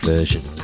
Version